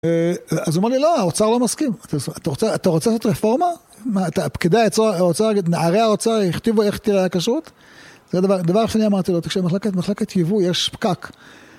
אז הוא אומר לי לא, העוצר לא מסכים. אתה רוצה לעשות רפורמה? פקידי העוצר, נערי העוצר, הכתיבו איך תראה הקשרות? דבר אחר אני אמרתי לו, כשמחלקת ייווי יש פקק.